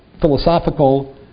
philosophical